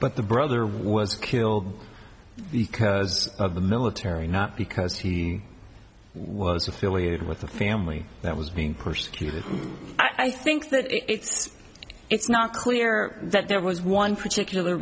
but the brother was killed because of the military not because he was affiliated with a family that was being persecuted i think that it's it's not clear that there was one particular